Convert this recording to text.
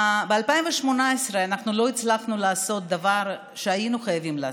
ב-2018 אנחנו לא הצלחנו לעשות דבר שהיינו חייבים לעשות,